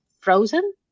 frozen